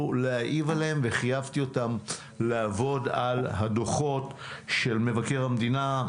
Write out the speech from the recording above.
להעיב עליהם וחייבתי אותם לעבוד על הדוחות של מבקר המדינה.